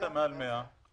שזה לא יעבור מ-15,000 לאפס.